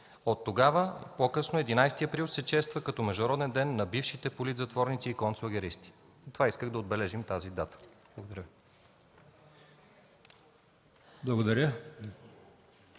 Оттогава, по-късно 11 април се чества като Международния ден на бившите политзатворници и концлагеристи. С това исках да отбележим тази дата. Благодаря